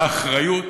באחריות.